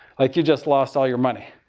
like you just lost all your money.